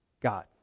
God